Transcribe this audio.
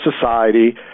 society